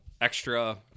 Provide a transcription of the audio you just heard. extra –